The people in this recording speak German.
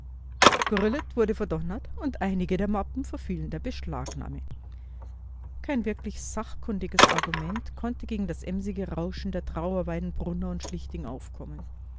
gurlitt wurde verdonnert und einige der mappen verfielen der beschlagnahme kein wirklich sachkundiges argument konnte gegen das emsige rauschen der trauerweiden brunner und schlichting aufkommen